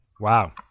Wow